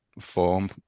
form